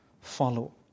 follow